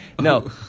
No